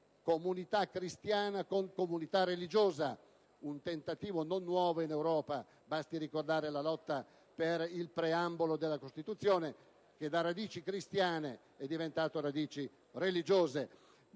comunità cristiana con comunità religiosa. È un tentativo non nuovo in Europa: basti ricordare la lotta per il preambolo della Costituzione che, invece, di contemplare le radici cristiane menziona radici religiose.